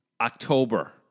October